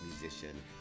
musician